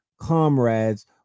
comrades